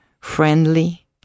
friendly